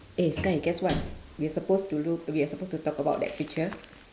eh sky guess what we are suppose to look we are suppose to talk about that picture